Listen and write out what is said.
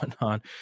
on